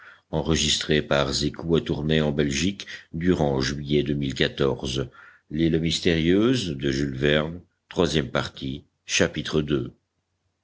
de l'île chapitre i